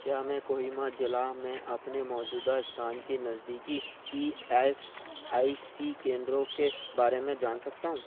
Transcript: क्या मैं कोहिमा जिला में अपने मौजूदा स्थान के नज़दीकी ई एस आई सी केंद्रों के बारे में जान सकता हूँ